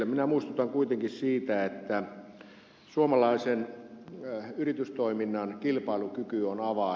minä muistutan kuitenkin siitä että suomalaisen yritystoiminnan kilpailukyky on avain